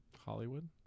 Hollywood